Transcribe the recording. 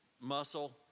muscle